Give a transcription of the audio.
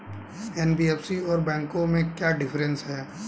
NBFC और बैंकों में क्या डिफरेंस है?